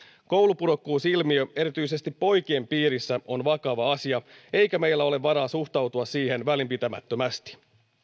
koulupudokkuusilmiö erityisesti poikien piirissä on vakava asia eikä meillä ole varaa suhtautua siihen välinpitämättömästi